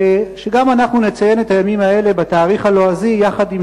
שגם אנחנו נציין את הימים האלה בתאריך הלועזי יחד עם